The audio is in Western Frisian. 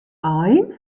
ein